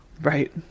Right